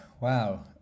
wow